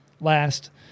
last